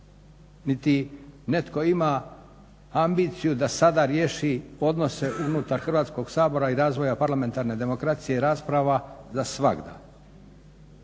Niti netko ima ambiciju da sada riješi odnose unutar Hrvatskog sabora, i razvoja parlamentarne demokracije, i rasprava za svagda.